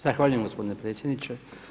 Zahvaljujem gospodine predsjedniče.